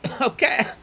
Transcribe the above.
Okay